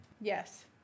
Yes